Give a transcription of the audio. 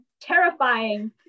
terrifying